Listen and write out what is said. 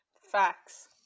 Facts